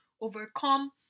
overcome